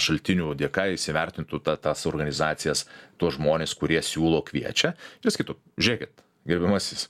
šaltinių dėka įsivertintų tą tas organizacijas tuos žmones kurie siūlo kviečia ir sakytų žiūrėkit gerbiamasis